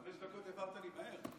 חמש דקות העברת לי מהר.